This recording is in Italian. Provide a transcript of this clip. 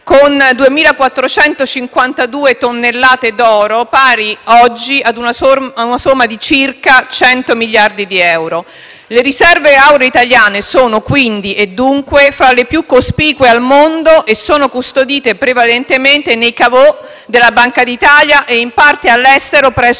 con 2.452 tonnellate d'oro, pari oggi ad una somma di circa 100 miliardi di euro. Le riserve auree italiane sono dunque fra le più cospicue al mondo e sono custodite prevalentemente nei *caveau* della Banca d'Italia, e in parte all'estero presso